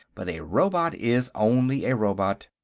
but a robot is only a robot.